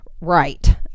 right